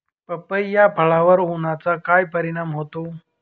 पपई या फळावर उन्हाचा काय परिणाम होतो?